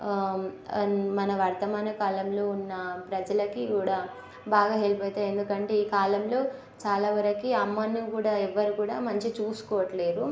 మన వర్థమాన కాలంలో ఉన్న ప్రజలకి కూడా బాగా హెల్ప్ అవుతుంది ఎందుకంటే ఈ కాలంలో చాలా వరకి అమ్మను కూడా ఎవరూ కూడా మంచిగా చూసుకోవట్లేదు